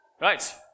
Right